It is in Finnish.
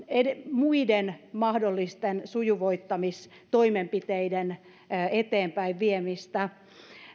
muiden mahdollisten sujuvoittamistoimenpiteiden eteenpäinviemistä